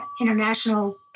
international